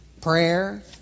prayer